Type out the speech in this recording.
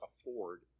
afford